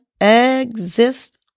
exist